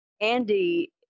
Andy